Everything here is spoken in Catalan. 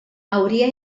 hauria